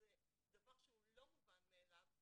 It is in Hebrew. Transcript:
שזה דבר שהוא לא מובן מאליו,